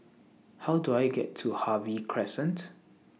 How Do I get to Harvey Crescent